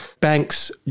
banks